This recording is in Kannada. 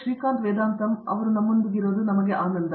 ಶ್ರೀಕಾಂತ್ ವೇದಾಂತಮ್ ನಮ್ಮೊಂದಿಗೆ ಇರುವುದು ನಮಗೆ ಆನಂದ